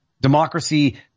democracy